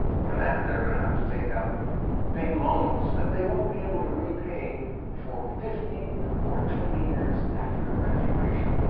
for that, they're gonna have to take out big loans that they won't be able to repay for fifteen or twenty years after graduation.